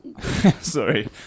sorry